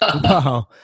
Wow